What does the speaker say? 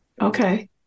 Okay